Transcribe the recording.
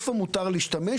של איפה מותר להשתמש,